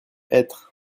être